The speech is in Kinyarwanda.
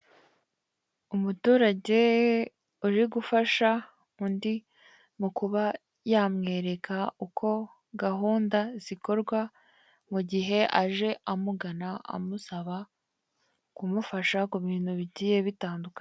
Umuturage uri gufasha undi mukuba yamwereka uko gahunda zikorwa, mugihe aje umugana amusaba kumufasha kubintu bigiye bitandukanye.